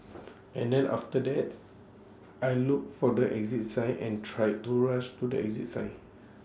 and then after that I looked for the exit sign and tried to rush to the exit sign